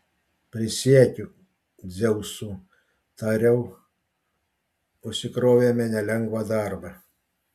prisiekiu dzeusu tariau užsikrovėme nelengvą darbą